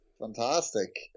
fantastic